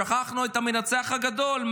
שכחנו את המנצח הגדול,